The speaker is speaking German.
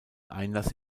einlass